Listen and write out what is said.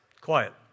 Quiet